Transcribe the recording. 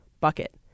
Bucket